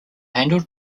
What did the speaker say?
handled